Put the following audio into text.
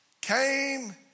came